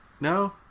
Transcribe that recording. No